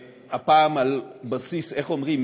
הפעם על בסיס, איך אומרים?